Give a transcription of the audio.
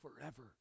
forever